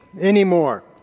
anymore